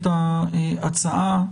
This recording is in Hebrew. ההצעה.